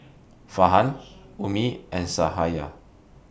Farhan Ummi and Sahaya